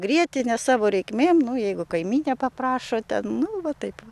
grietinė savo reikmėm jeigu kaimynė paprašo ten nu va taip va